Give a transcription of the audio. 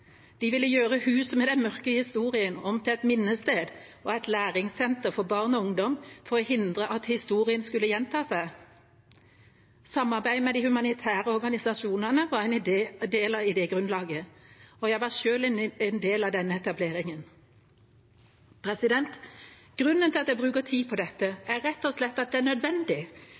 De ville gjøre huset med den mørke historien om til et minnested og et læringssenter for barn og ungdom for å hindre at historien skulle gjenta seg. Samarbeidet med de humanitære organisasjonene var en del av idégrunnlaget, og jeg var selv en del av denne etableringen. Grunnen til at jeg bruker tid på dette, er rett og slett at det er nødvendig